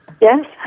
Yes